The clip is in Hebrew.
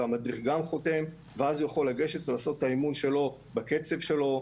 והמדריך גם חותם ואז יכול לגשת ולעשות את האימון שלו בקצב שלו,